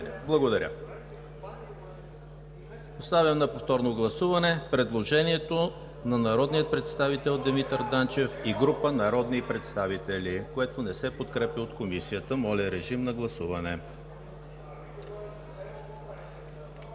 Благодаря. Поставям на повторно гласуване предложението на народния представител Димитър Данчев и група народни представители, което не се подкрепя от Комисията. Гласували